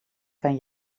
kan